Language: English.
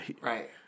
Right